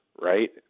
right